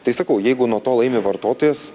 tai sakau jeigu nuo to laimi vartotojas